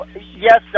Yes